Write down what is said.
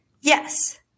yes